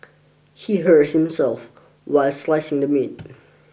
he hurt himself while slicing the meat